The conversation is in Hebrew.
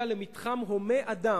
זה שלום אסטרטגי,